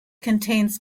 contains